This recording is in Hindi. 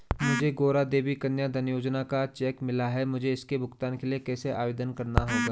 मुझे गौरा देवी कन्या धन योजना का चेक मिला है मुझे इसके भुगतान के लिए कैसे आवेदन करना होगा?